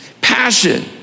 Passion